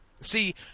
See